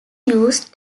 used